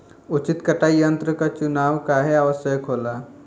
उचित कटाई यंत्र क चुनाव काहें आवश्यक होला?